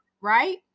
right